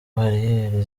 bariyeri